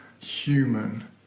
human